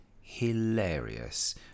hilarious